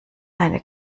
eine